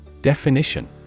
Definition